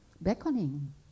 beckoning